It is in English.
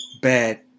bad